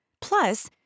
Plus